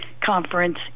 conference